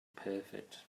perfect